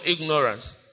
ignorance